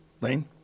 Lane